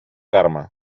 carme